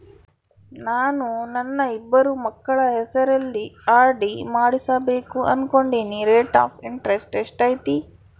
ನಾನು ನನ್ನ ಇಬ್ಬರು ಮಕ್ಕಳ ಹೆಸರಲ್ಲಿ ಆರ್.ಡಿ ಮಾಡಿಸಬೇಕು ಅನುಕೊಂಡಿನಿ ರೇಟ್ ಆಫ್ ಇಂಟರೆಸ್ಟ್ ಎಷ್ಟೈತಿ?